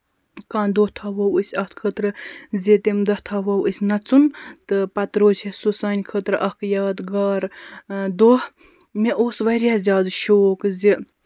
کانٛہہ دۄہ تھاوَو أسۍ اَتھ خٲطرٕ زِ تَمہِ دۄہ تھاوَو أسۍ نَژُن تہٕ پَتہٕ روزِ ہے سُہ سانہِ خٲطرٕ اکھ یا د گار دۄہ مےٚ اوس واریاہ زیادٕ شوق زِ